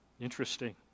Interesting